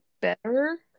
better